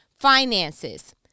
Finances